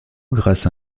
grâce